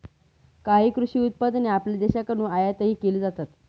काही कृषी उत्पादने आपल्या देशाकडून आयातही केली जातात